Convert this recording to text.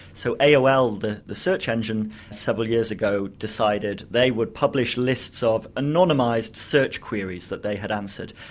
so, aol the the search engine several years ago decided they would publish lists of anonymised search queries that they had answered,